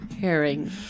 herring